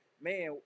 man